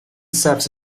serves